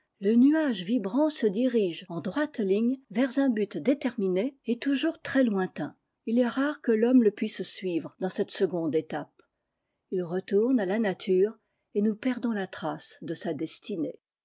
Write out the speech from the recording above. le nuage vibrant se dirige en droite ligne vers un but déterminé et toujours très lointain il est rare que l'homme le puisse suivre dans c'e seconde étape il retourne à la nature et r s perdons la trace de sa destinée